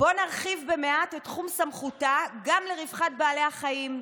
בוא נרחיב במעט את תחום סמכותה גם לרווחת בעלי החיים,